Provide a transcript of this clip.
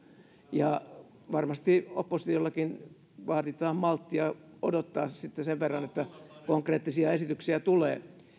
ja varmasti oppositioltakin vaaditaan malttia odottaa sitten sen verran että konkreettisia esityksiä tulee